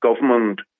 government